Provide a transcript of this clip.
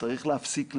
צריך להפסיק לדשדש,